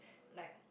like